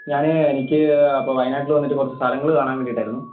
ഞാൻ എനിക്ക് അപ്പോൾ വയനാട്ടിൽ വന്നിട്ട് കുറച്ച് സ്ഥലങ്ങൾ കാണാൻ വേണ്ടിയിട്ടായിരുന്നു